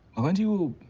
i'm going to